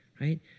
right